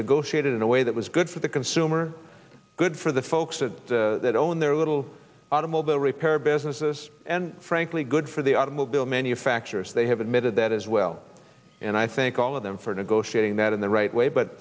negotiated in a way that was good for the consumer good for the folks that own their little automobile repair businesses and frankly good for the automobile manufacturers they have admitted that as well and i thank all of them for negotiating that in the right way but